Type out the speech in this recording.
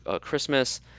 christmas